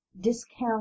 discount